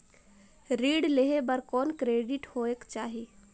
ऋण लेहे बर कौन क्रेडिट होयक चाही?